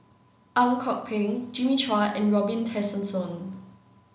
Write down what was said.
Ang Kok Peng Jimmy Chua and Robin Tessensohn